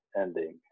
ending